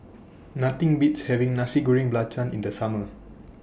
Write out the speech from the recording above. Nothing Beats having Nasi Goreng Belacan in The Summer